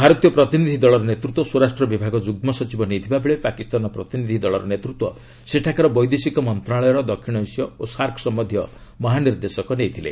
ଭାରତୀୟ ପ୍ରତିନିଧି ଦଳର ନେତୃତ୍ୱ ସ୍ୱରାଷ୍ଟ୍ର ବିଭାଗ ଯୁଗ୍ମ ସଚିବ ନେଇଥିବା ବେଳେ ପାକିସ୍ତାନ ପ୍ରତିନିଧି ଦଳର ନେତୃତ୍ୱ ସେଠାକାର ବୈଦେଶିକ ମନ୍ତ୍ରଣାଳୟର ଦକ୍ଷିଣ ଏସିୟ ଓ ସାର୍କ ସମ୍ଭନ୍ଧୀୟ ମହାନିର୍ଦ୍ଦେଶ ନେଇଥିଲେ